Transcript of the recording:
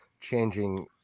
changing